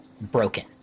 broken